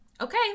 Okay